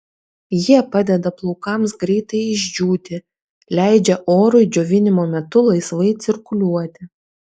jie padeda plaukams greitai išdžiūti leidžia orui džiovinimo metu laisvai cirkuliuoti